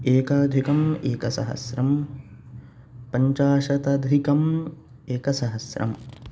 एकाधिकम् एकसहस्रम् पञ्चाशतधिकम् एकसहस्रम्